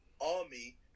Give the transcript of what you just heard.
army